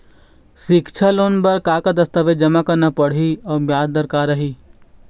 सिक्छा लोन बार का का दस्तावेज जमा करना पढ़ही अउ ब्याज दर का रही?